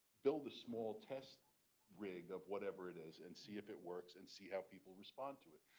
build a small test rig up whatever it is and see if it works and see how people respond to it.